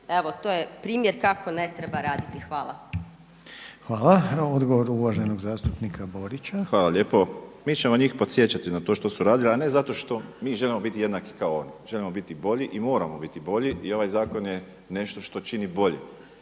Evo to je primjer kako ne treba raditi. Hvala. **Reiner, Željko (HDZ)** Hvala. Odgovor uvaženog zastupnika Borića. **Borić, Josip (HDZ)** Hvala lijepo. Mi ćemo njih podsjećati na to što su radili, ali ne zato što mi želimo biti jednaki kao oni. Želimo biti bolji i moramo biti bolji i ovaj zakon je nešto što čini bolje.